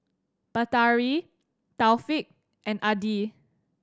Batari Taufik and Adi